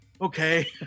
okay